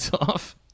off